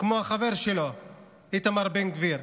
כמו החבר שלו איתמר בן גביר,